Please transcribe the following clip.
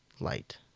light